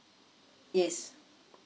yes